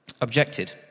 objected